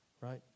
right